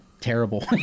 terrible